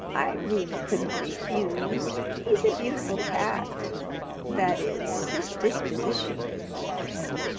i really couldn't refuse. he's a beautiful cat that is, his disposition is beautiful.